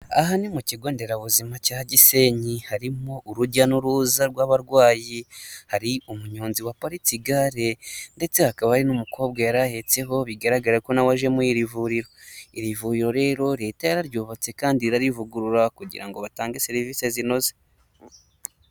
Aha ni mu kigo nderabuzima cya Gisenyi harimo urujya n'uruza rw'abarwayi, hari umunyonzi waparitse igare ndetse hakaba hari n'umukobwa yari ahetseho bigaragara ko nawe aje muri iri vuriro, iri vuriro rero Leta yararyubatse kandi irarivugurura kugira ngo batange serivisi zinoze.